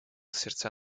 сердца